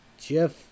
Jeff